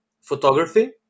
photography